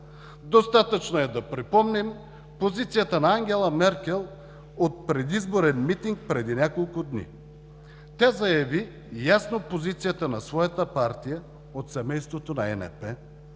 достатъчно е да припомним позицията на Ангела Меркел от предизборен митинг преди няколко дни. Тя заяви ясно позицията на своята партия от семейството на ЕНП